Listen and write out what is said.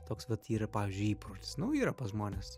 toks vat yra pavyzdžiui įprotis nu yra pas žmones